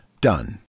Done